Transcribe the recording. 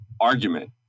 argument